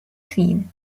seen